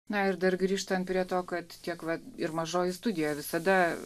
na ir dar grįžtant prie to kad tiek vat ir mažoji studija visada